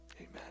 Amen